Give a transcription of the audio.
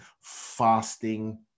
fasting